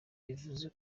bivuze